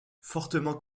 fortement